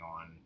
on